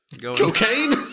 Cocaine